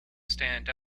stand